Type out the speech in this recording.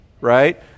right